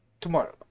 tomorrow